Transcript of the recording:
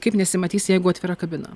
kaip nesimatys jeigu atvira kabina